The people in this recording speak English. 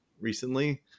recently